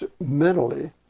mentally